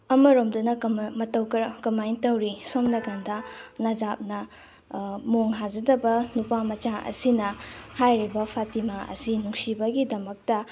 ꯑꯃꯔꯣꯝꯗꯅ ꯃꯇꯧ ꯀꯃꯥꯏ ꯇꯧꯔꯤ ꯁꯣꯝ ꯅꯥꯀꯟꯗ ꯅꯖꯥꯞꯅ ꯃꯣꯡ ꯍꯥꯖꯗꯕ ꯅꯨꯄꯥ ꯃꯆꯥ ꯑꯁꯤꯅ ꯍꯥꯏꯔꯤꯕ ꯐꯇꯤꯃꯥ ꯑꯁꯤ ꯅꯨꯡꯁꯤꯕꯒꯤꯗꯃꯛꯇ